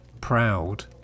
proud